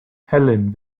helene